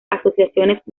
asociaciones